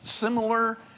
similar